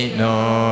no